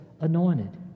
anointed